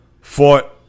fought